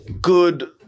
good